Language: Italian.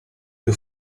più